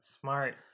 Smart